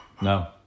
No